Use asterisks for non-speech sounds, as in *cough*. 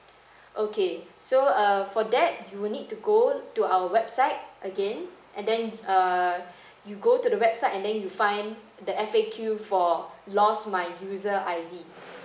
okay so uh for that you will need to go to our website again and then err *breath* you go to the website and then you find the F_A_Q for lost my user I_D